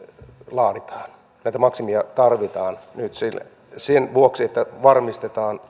laaditaan näitä maksimeja tarvitaan nyt sen vuoksi että varmistetaan